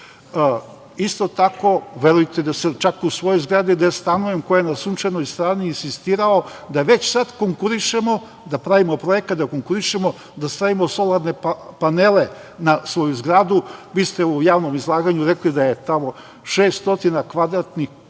tako, verujte da sam čak u svojoj zgradi gde stanujem, koja je na sunčanoj strani, insistirao da već sad konkurišemo, da pravimo projekat, da stavimo solarne panele na svoju zgradu. Vi ste u javnom izlaganju rekli da je tamo 600 kvadratnih kilometara